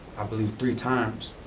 i believe, three times,